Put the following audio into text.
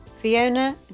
Fiona